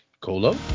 Colo